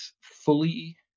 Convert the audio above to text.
fully